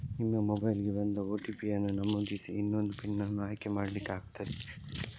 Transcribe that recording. ನಿಮ್ಮ ಮೊಬೈಲಿಗೆ ಬಂದ ಓ.ಟಿ.ಪಿ ಅನ್ನು ನಮೂದಿಸಿ ಇನ್ನೊಂದು ಪಿನ್ ಅನ್ನು ಆಯ್ಕೆ ಮಾಡ್ಲಿಕ್ಕೆ ಆಗ್ತದೆ